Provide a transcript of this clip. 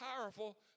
powerful